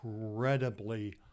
incredibly